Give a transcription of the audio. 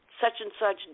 such-and-such